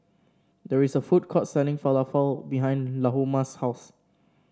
there is a food court selling Falafel behind Lahoma's house